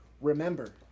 Remember